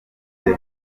muri